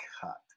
cut